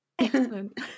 Excellent